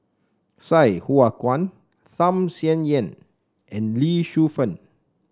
Sai Hua Kuan Tham Sien Yen and Lee Shu Fen